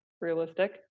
realistic